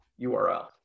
URL